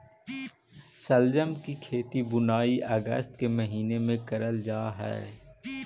शलजम की खेती बुनाई अगस्त के महीने में करल जा हई